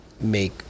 make